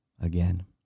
again